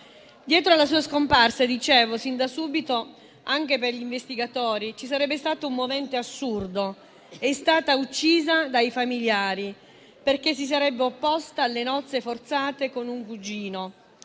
Dietro la sua scomparsa sin da subito anche per gli investigatori ci sarebbe stato un movente assurdo: è stata uccisa dai familiari perché si sarebbe opposta alle nozze forzate con un cugino.